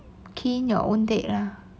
key in your own date lah